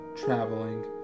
Traveling